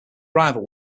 rival